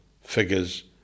figures